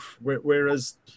Whereas